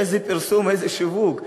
איזה פרסום, איזה שיווק.